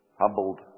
humbled